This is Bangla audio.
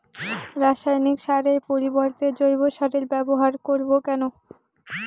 রাসায়নিক সারের পরিবর্তে জৈব সারের ব্যবহার করব কেন?